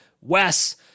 Wes